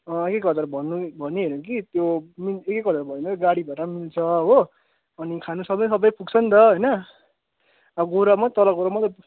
एक एक हजार भन्नु नि भनिहेरौँ कि त्यो एक एक हजार भन्नु गाडी भाडा पनि मिल्छ हो अनि खानु सबै सबै पुग्छ नि त होइन अब गएर मात्रै तल गएर मात्रै